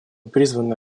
призваны